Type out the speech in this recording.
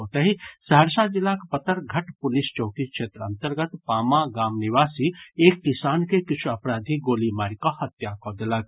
ओतहि सहरसा जिलाक पतरघट पुलिस चौकी क्षेत्र अंतर्गत पामा गाम निवासी एक किसान के किछु अपराधी गोली मारि कऽ हत्या कऽ देलक